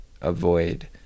avoid